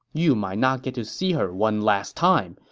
you might not get to see her one last time.